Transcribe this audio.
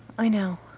i know.